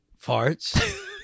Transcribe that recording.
farts